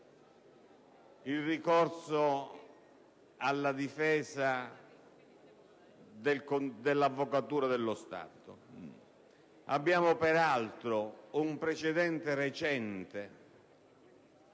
il ricorso alla difesa dell'Avvocatura dello Stato. Abbiamo, peraltro, un precedente recente